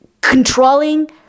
controlling